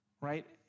right